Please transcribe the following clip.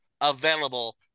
available